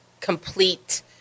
complete